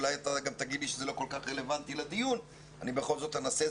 אתה גם תגיד לי שזה לא כל כך רלוונטי לדיון אבל אני בכל זאת אנסה.